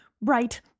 right